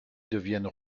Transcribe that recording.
deviennent